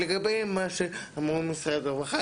לגבי מה שאמרו משרד הרווחה,